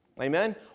Amen